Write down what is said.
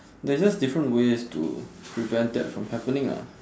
there's just different ways to prevent that from happening ah